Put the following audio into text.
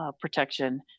protection